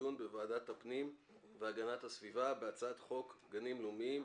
הדיון בוועדת הפנים והגנת הסביבה בהצעת חוק גנים לאומיים,